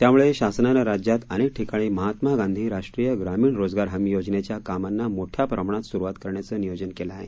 त्यामुळे शासनानं राज्यात अनेक ठिकाणी महात्मा गांधी राष्ट्रीय ग्रामीण रोजगार हमी योजनेच्या कामांना मोठ्या प्रमाणात स्रुवात करण्याचं नियोजन केलं आहे